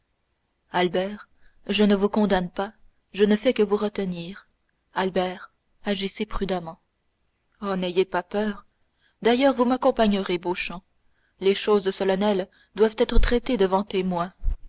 albert je ne vous condamne pas je ne fais que vous retenir albert agissez prudemment oh n'ayez pas peur d'ailleurs vous m'accompagnerez beauchamp les choses solennelles doivent être traitées devant témoin